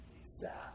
sad